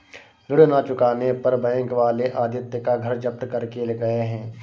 ऋण ना चुकाने पर बैंक वाले आदित्य का घर जब्त करके गए हैं